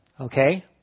okay